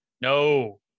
No